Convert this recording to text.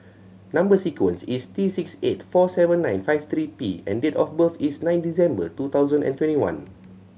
number sequence is T six eight four seven nine five three P and date of birth is nine December two thousand and twenty one